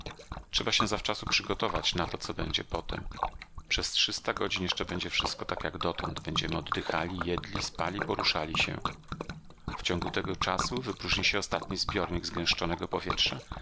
trzeba się zawczasu przygotować na to co będzie potem przez trzysta godzin jeszcze będzie wszystko tak jak dotąd będziemy oddychali jedli spali poruszali się w ciągu tego czasu wypróżni się ostatni zbiornik zgęszczonego powietrza